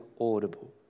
audible